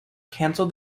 canceled